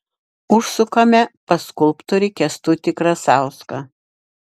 užsukame pas skulptorių kęstutį krasauską